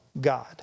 God